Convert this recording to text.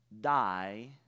die